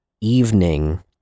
evening